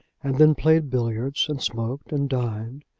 and then played billiards and smoked and dined,